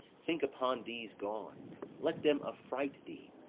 think upon these gone let them affright thee.